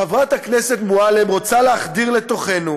חברת הכנסת מועלם רוצה להחדיר לתוכנו